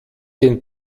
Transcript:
den